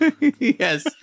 Yes